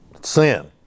sin